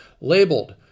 Labeled